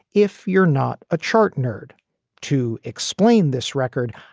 if you're not a chart nerd to explain this record,